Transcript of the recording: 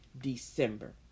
December